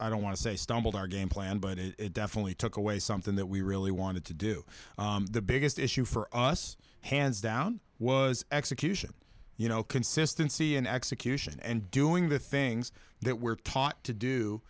i don't want to say stumbled our game plan but it definitely took away something that we really wanted to do the biggest issue for us hands down was execution you know consistency and execution and doing the things that we're taught to do